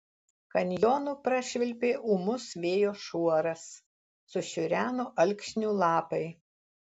kanjonu prašvilpė ūmus vėjo šuoras sušiureno alksnių lapai